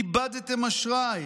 איבדתם אשראי.